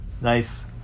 nice